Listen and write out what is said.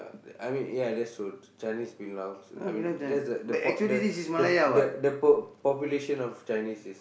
I mean ya that's true Chinese belongs I mean that's the the po~ the the the po~ population of Chinese is